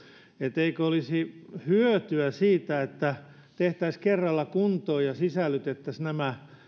että eikö olisi hyötyä siitä että tehtäisiin kerralla kuntoon ja sisällytettäisiin nämä